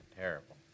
Terrible